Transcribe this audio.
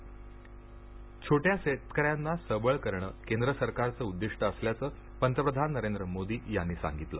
मोदी शेतकरी छोट्या शेतकऱ्यांना सबल करणं केंद्र सरकारचं उद्दिष्ट असल्याचं पंतप्रधान नरेंद्र मोदी यांनी सांगितलं